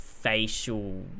facial